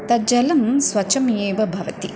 तद् जलं स्वच्छमेव भवति